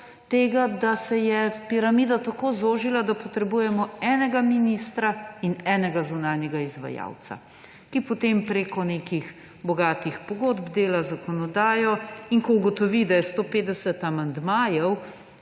tega, da se je piramida tako zožila, da potrebujemo enega ministra in enega zunanjega izvajalca, ki potem preko nekih bogatih pogodb dela zakonodajo. Ko ugotovi, da je 150 amandmajev,